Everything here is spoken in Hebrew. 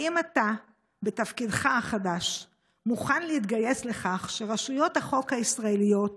האם אתה בתפקידך החדש מוכן להתגייס לכך שרשויות החוק הישראליות